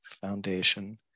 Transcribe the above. Foundation